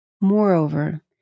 Moreover